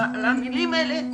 אבל המילים האלה,